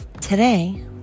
Today